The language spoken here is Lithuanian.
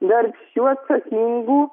darbščių atsakingų